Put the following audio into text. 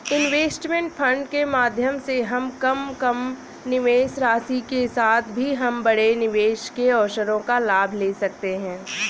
investment fund के माध्यम से हम कम निवेश राशि के साथ भी हम बड़े निवेश के अवसरों का लाभ ले सकते हैं